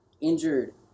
injured